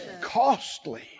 costly